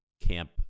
camp